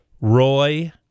Roy